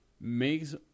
makes